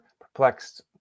Perplexed